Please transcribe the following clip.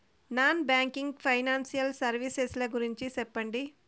Non banking financial services ల గురించి సెప్పండి?